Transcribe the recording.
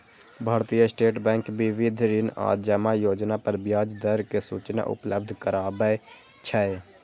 भारतीय state bank विविध ऋण आ जमा योजना पर ब्याज दर के सूचना उपलब्ध कराबै छै